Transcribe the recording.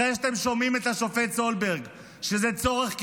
אחרי שאתם שומעים את השופט סולברג שזה צורך קיומי,